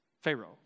Pharaoh